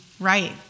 right